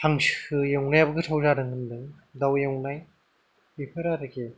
हांसो एवनायाबो गोथाव जादों होनदों दाउ एवनाय बेफोर आरोखि